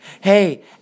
hey